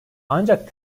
ancak